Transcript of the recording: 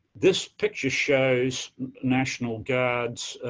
this picture shows national guard's